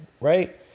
right